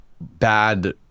bad